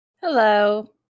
Hello